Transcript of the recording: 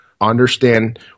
understand